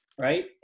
Right